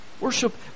Worship